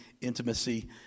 Intimacy